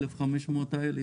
מתוך ה-1,500 האלה.